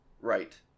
right